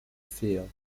phil